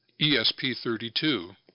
ESP32